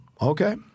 Okay